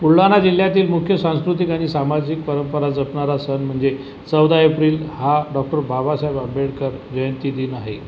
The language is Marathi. बुलढाणा जिल्ह्यातील मुख्य सांस्कृतिक आणि सामाजिक परंपरा जपणारा सण म्हणजे चौदा एप्रिल हा डॉक्टर बाबासाहेब आंबेडकर जयंती दिन आहे